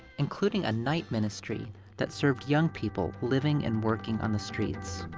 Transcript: including a night ministry that served young people living and working on the streets.